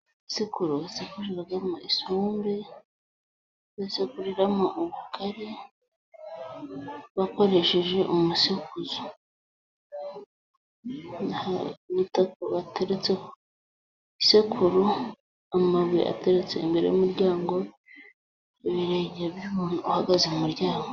Isekuru basekuramo isombe, basekuriramo ubugari bakoresheje umusekuzo, bataretse isekuru, amabuye ateretse imbere y'umuryango, ibirenge by'umuntu uhagaze mu muryango.